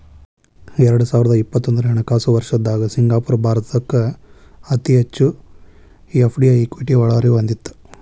ಎರಡು ಸಾವಿರದ ಇಪ್ಪತ್ತೊಂದನೆ ಹಣಕಾಸು ವರ್ಷದ್ದಾಗ ಸಿಂಗಾಪುರ ಭಾರತಕ್ಕ ಅತಿ ಹೆಚ್ಚು ಎಫ್.ಡಿ.ಐ ಇಕ್ವಿಟಿ ಒಳಹರಿವು ಹೊಂದಿತ್ತ